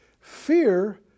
Fear